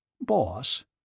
Boss